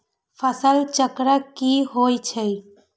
फसल चक्र की होइ छई?